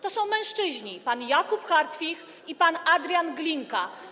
To są mężczyźni, pan Jakub Hartwich i pan Adrian Glinka.